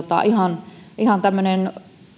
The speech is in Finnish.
ihan ihan tämmöinen